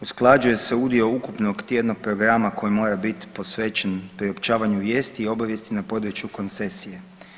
Usklađuje se udio ukupnog tjednog programa koji mora biti posvećen priopćavanju vijesti i obavijesti na području koncesije.